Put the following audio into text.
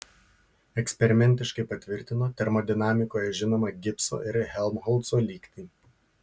eksperimentiškai patvirtino termodinamikoje žinomą gibso ir helmholco lygtį